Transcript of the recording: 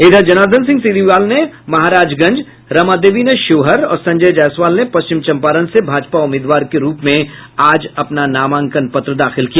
इधर जनार्दन सिंह सिग्रीवाल ने महाराजगंज रमा देवी ने शिवहर और संजय जयसवाल ने पश्चिम चम्पारण से भाजपा उम्मीदवार के रूप में आज अपना नामांकन पत्र दाखिल किया